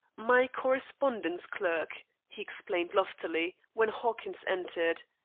my correspondence clerk, he explained loftily when hawkins entered.